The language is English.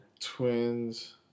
Twins